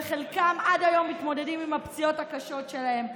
וחלקם עד היום מתמודדים עם הפציעות הקשות שלהם.